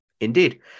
Indeed